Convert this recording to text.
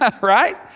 right